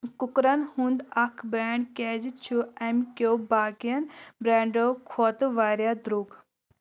کُکرن ہُنٛد اکھ بریٚنڑ کیٛازِ چھُ اَمۍ کیٚو باقٕین بریٚنڑو کھۄتہٕ واریاہ درٛوگ